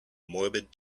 morbid